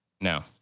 No